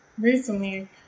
recently